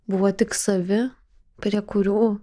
buvo tik savi prie kurių